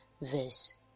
verse